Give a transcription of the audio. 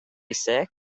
sick